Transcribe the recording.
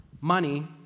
Money